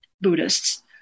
Buddhists